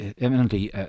eminently